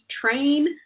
train